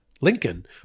Lincoln